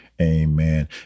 Amen